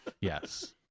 yes